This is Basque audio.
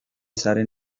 zaren